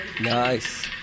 Nice